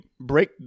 break